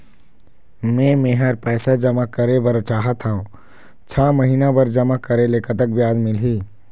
मे मेहर पैसा जमा करें बर चाहत हाव, छह महिना बर जमा करे ले कतक ब्याज मिलही?